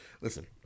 Listen